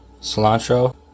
cilantro